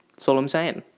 so all i'm saying.